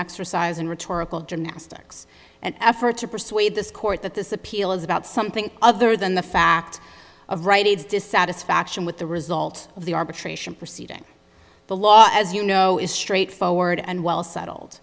exercise in rhetorical gymnastics an effort to persuade this court that this appeal is about something other than the fact of right is dissatisfaction with the result of the arbitration proceeding the law as you know is straightforward and well settled